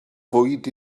fwyd